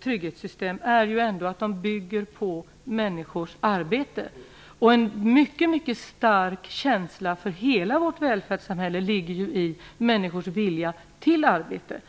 trygghetssystem är ju att de bygger på människors arbete. En mycket stark känsla för hela vårt välfärdssamhälle ligger ju i människors vilja till arbete.